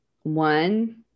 one